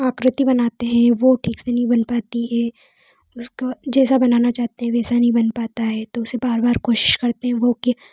आकृति बनाते हैं वो ठीक से नहीं बन पाती है उसका जैसा बनाना चाहते हैं वैसा नहीं बन पाता है तो उसे बार बार कोशिश करते हैं वो के